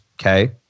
Okay